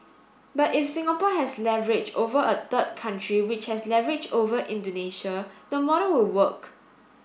but if Singapore has leverage over a third country which has leverage over Indonesia the model will work